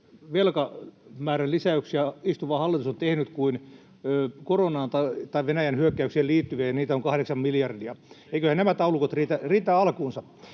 velkamäärän lisäyksiä istuva hallitus on tehnyt kuin koronaan tai Venäjän hyökkäykseen liittyviä, ja niitä on 8 miljardia. Eiköhän nämä taulukot riitä alkuunsa.